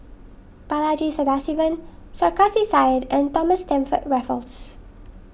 Balaji Sadasivan Sarkasi Said and Thomas Stamford Raffles